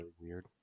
weird